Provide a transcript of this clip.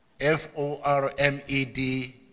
F-O-R-M-E-D